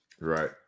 right